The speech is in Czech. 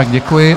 Děkuji.